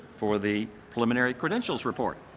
for the preliminary credentials report.